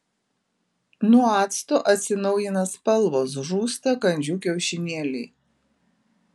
nuo acto atsinaujina spalvos žūsta kandžių kiaušinėliai